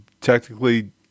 technically